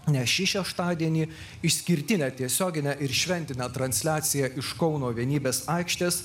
nes šį šeštadienį išskirtinę tiesioginę ir šventinę transliaciją iš kauno vienybės aikštės